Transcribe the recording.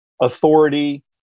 authority